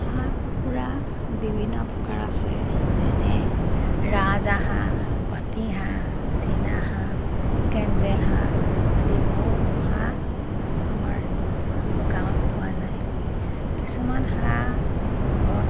হাঁহ কুকুৰা বিভিন্ন প্ৰকাৰ আছে যেনে ৰাজহাঁহ পাতিহাঁহ চীনাহাঁহ কেম্বেল হাঁহ আদি বহুতো হাঁহ আমাৰ গাঁৱত পোৱা যায় কিছুমান হাঁহ ঘৰত